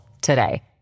today